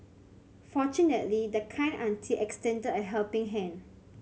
fortunately the kind auntie extended a helping hand